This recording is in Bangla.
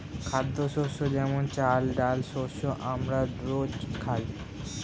খাদ্যশস্য যেমন চাল, ডাল শস্য আমরা রোজ খাই